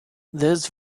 this